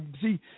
see